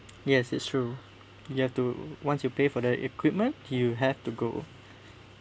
yes it's true you have to once you pay for the equipment you have to go